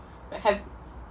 but have